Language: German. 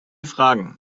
fragen